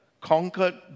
conquered